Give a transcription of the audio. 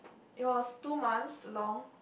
it was two months long